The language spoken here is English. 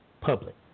public